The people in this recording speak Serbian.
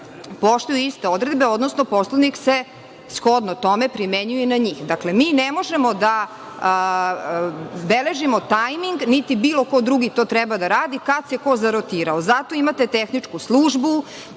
poštuju iste odredbe, odnosno Poslovnik se shodno tome primenjuje na njih. Dakle, mi ne možemo da beležimo tajming, niti bilo ko drugi to treba da radi kada se ko zarotirao. Zato imate tehničku službu,